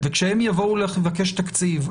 וכשהם יבואו לבקש תקציב,